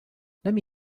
lemme